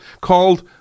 called